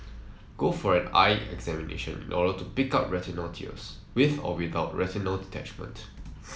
go for an eye examination in order to pick up retinal tears with or without retinal detachment